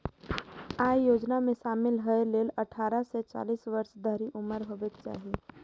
अय योजना मे शामिल होइ लेल अट्ठारह सं चालीस वर्ष धरि उम्र हेबाक चाही